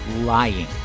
lying